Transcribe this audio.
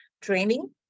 training